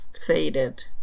faded